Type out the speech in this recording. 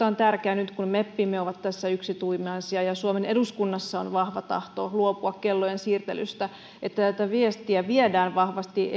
on tärkeää nyt kun meppimme ovat tässä yksituumaisia ja suomen eduskunnassa on vahva tahto luopua kellojen siirtelystä että tätä viestiä viedään vahvasti